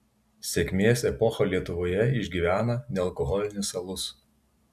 sėkmės epochą lietuvoje išgyvena nealkoholinis alus